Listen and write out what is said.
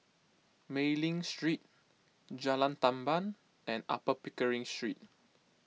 Mei Ling Street Jalan Tamban and Upper Pickering Street